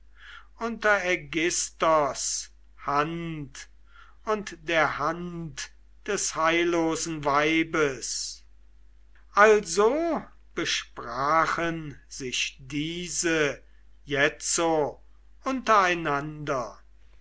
unter aigisthos hand und der hand des heillosen weibes also besprachen sich diese jetzo